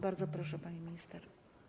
Bardzo proszę, pani minister.